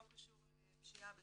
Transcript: לא קשור לפשיעה בכלל,